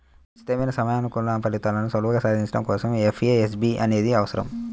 ఖచ్చితమైన సమయానుకూల ఫలితాలను సులువుగా సాధించడం కోసం ఎఫ్ఏఎస్బి అనేది అవసరం